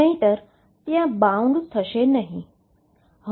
નહિતર ત્યાં બાઉન્ડ થશે નહી